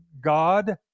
god